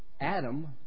Adam